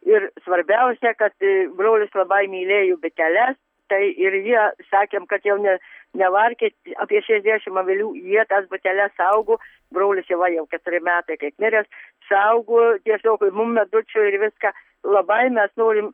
ir svarbiausia kad brolis labai mylėjo biteles tai ir jie sakėm kad jau ne nevarkit apie šešiasdešim avilių jie tas biteles saugo brolis jau va jau keturi metai kaip miręs saugo tiesiog ir mum medučio ir viską labai mes norim